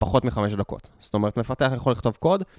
פחות מחמש דקות, זאת אומרת מפתח יכול לכתוב קוד